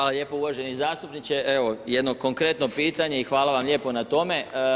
Hvala lijepo uvaženi zastupniče, evo jedno konkretno pitanje i hvala vam lijepo na tome.